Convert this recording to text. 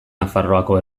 nafarroako